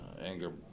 Anger